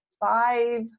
five